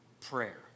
prayer